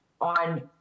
on